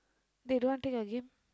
then you don't want take the game